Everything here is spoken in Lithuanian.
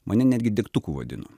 mane netgi degtuku vadino